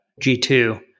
G2